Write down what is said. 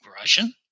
Russian